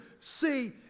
see